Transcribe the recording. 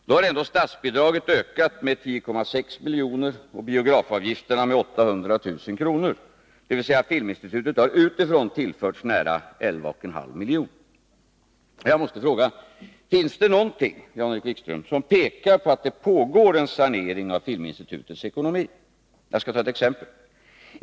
Ändå har statsbidraget ökat med 10,6 milj.kr. och biografavgifterna med 800 000 kr. — dvs. filminstitutet har utifrån tillförts nära 11,5 milj.kr. Jag måste fråga Jan-Erik Wikström: Finns det någonting som pekar på att det pågår en sanering av filminstitutets ekonomi? Jag skall ta ett exempel.